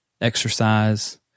exercise